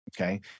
Okay